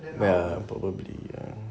ya probably